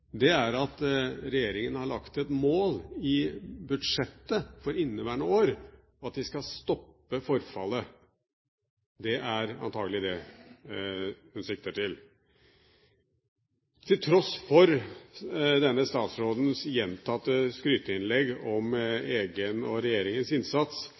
til, er at regjeringen har lagt et mål i budsjettet for inneværende år om at vi skal stoppe forfallet. Det er antagelig det hun sikter til. Til tross for denne statsrådens gjentatte skryteinnlegg om egen og regjeringens innsats,